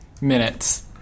minutes